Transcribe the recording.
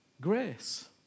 Grace